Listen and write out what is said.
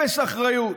אפס אחריות.